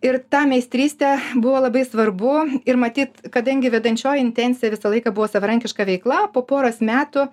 ir ta meistrystė buvo labai svarbu ir matyt kadangi vedančioji intencija visą laiką buvo savarankiška veikla po poros metų